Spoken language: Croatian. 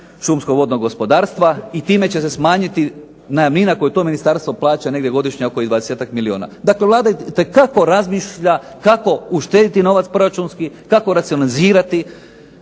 šumskog vodnog gospodarstva i time će se smanjiti najamnina koju to ministarstvo plaća negdje godišnje oko 20-tak milijuna. Dakle, Vlada itekako razmišlja kako uštediti novac proračunski, kako racionalizirati